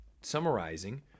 summarizing